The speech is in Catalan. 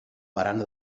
barana